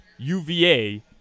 UVA